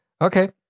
okay